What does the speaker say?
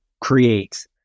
create